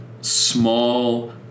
small